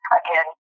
again